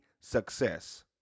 success